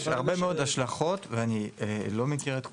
יש לזה הרבה מאוד השלכות ואני לא מכיר את כולם,